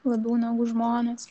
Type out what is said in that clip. labiau negu žmonės